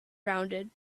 rounded